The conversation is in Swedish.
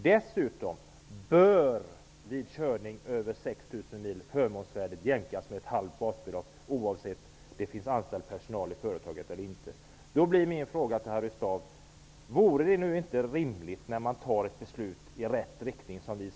Dessutom bör vid körning över 6 000 mil förmånsvärdet jämkas till ett halvt basbelopp oavsett om det finns anställd personal i företaget eller inte.'' Min första fråga till Harry Staaf är: Är det inte rimligt att lagstifta om dessa 8 000 respektive 6 000 mil?